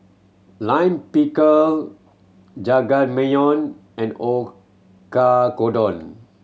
Lime Pickle Jajangmyeon and O